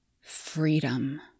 freedom